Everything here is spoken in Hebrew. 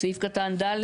סעיף קטן (ד)